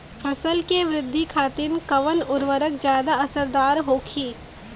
फसल के वृद्धि खातिन कवन उर्वरक ज्यादा असरदार होखि?